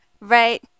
right